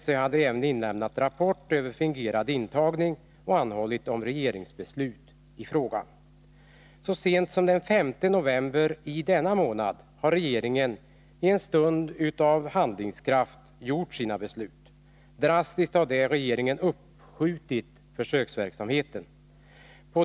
SÖ hade även avlämnat rapport över fingerad intagning och anhållit om regeringsbeslut i frågan. Så sent som den 5 november i denna månad har regeringen i en stund av handlingskraft träffat sina beslut. Drastiskt har regeringen då beslutat uppskjuta försöksverksamheten.